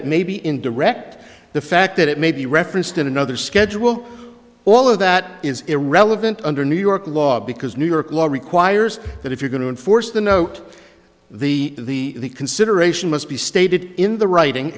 it may be in direct the fact that it may be referenced in another schedule all of that is irrelevant under new york law because new york law requires that if you're going to enforce the note the consideration must be stated in the writing